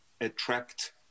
attract